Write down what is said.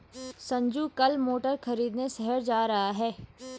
संजू कल मोटर खरीदने शहर जा रहा है